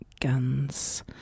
guns